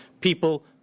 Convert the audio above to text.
People